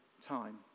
time